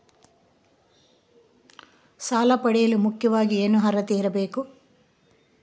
ಸಾಲ ಪಡೆಯಲು ಮುಖ್ಯವಾಗಿ ಏನು ಅರ್ಹತೆ ಇರಬೇಕು?